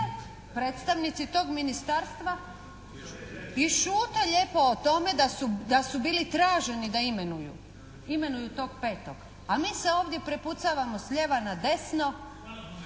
predstavnici tog Ministarstva i šute lijepo o tome da su bili traženi da imenuju. Imenuju tog petog. A mi se ovdje prepucavamo s lijeva na desno,